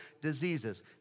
diseases